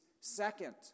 second